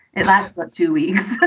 it lasts but two weeks.